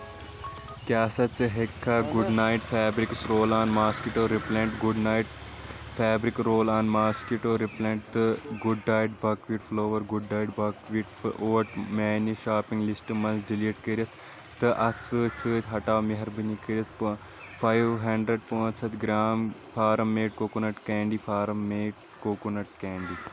کیٛاہ سا ژٕ ہٮ۪کہٕ کھا good night fabrics roll on mosquito repellent تہٕ good night buckwheat flour good night buckwheat اوٹ میاٛنہِ شاپِنٛگ لِسٹ منٛزٕ ڈلیٹ کٔرِتھ تہٕ اتھ سۭتۍ سۭتۍ ہٹاو مہربٲنی کٔرِتھ فایو ہنڈرنڑ پانژھ ہَتھ gram farm made coconut candy farm made coconut candy